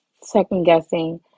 second-guessing